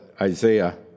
Isaiah